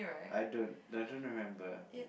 I don't I don't remember